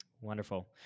Wonderful